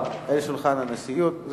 שולחן הנשיאות.